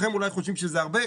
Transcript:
חלקכם אותי חושבים שזה הרבה.